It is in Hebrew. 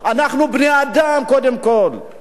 לכן צריך לראות את האדם,